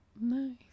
Nice